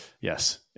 Yes